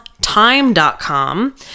Time.com